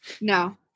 No